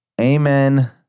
Amen